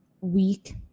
week